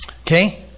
okay